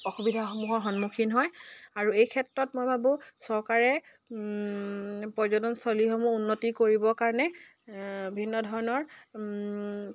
অসুবিধাসমূহৰ সন্মুখীন হয় আৰু এই ক্ষেত্ৰত মই ভাবোঁ চৰকাৰে পৰ্যটনস্থলীসমূহ উন্নতি কৰিবৰ কাৰণে ভিন্ন ধৰণৰ